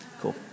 Cool